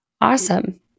Awesome